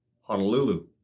Honolulu